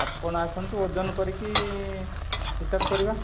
ଆପଣ ଆସନ୍ତୁ ଓଜନ କରିକି ହିସାବ କରିବା